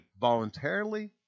voluntarily